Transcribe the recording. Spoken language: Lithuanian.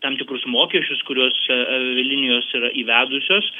tam tikrus mokesčius kuriuos avialinijos yra įvedusios